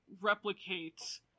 replicate